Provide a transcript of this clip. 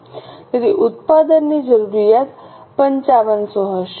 તેથી ઉત્પાદનની જરૂરિયાત 5500 હશે